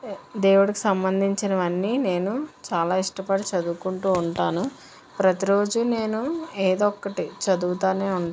దేవుడుకి సంబంధించినవి అన్నీ నేను చాలా ఇష్టపడి చదువుకుంటూ ఉంటాను ప్రతీరోజు నేను ఏదో ఒకటి చదువుతానే ఉం